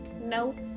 no